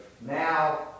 Now